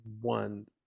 one